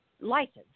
license